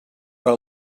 per